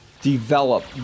develop